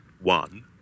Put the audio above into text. one